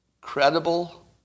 credible